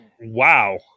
Wow